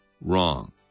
wrong